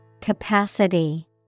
Capacity